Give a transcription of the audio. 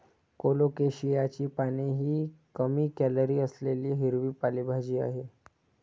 कोलोकेशियाची पाने ही कमी कॅलरी असलेली हिरवी पालेभाजी आहे